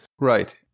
right